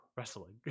Wrestling